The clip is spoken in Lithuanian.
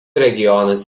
regionas